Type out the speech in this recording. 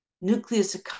nucleus